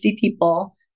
people